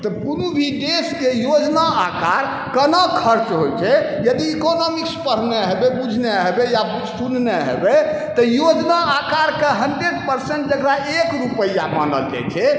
तऽ कोनो भी देशके योजना आकार केना खर्च होइ छै यदि इकोनोमिक्स पढ़ने हेबै बुझने हेबै या सुनने हेबै तऽ योजना आकारके हन्ड्रेड परसेंट जकरा एक रुपैआ मानल जाइ छै